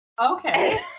Okay